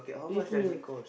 with meal